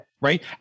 Right